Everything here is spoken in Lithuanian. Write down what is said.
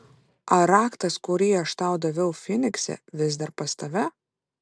ar raktas kurį aš tau daviau fynikse vis dar pas tave